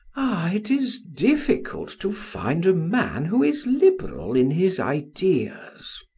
ah, it is difficult to find a man who is liberal in his ideas!